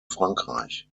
frankreich